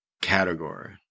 category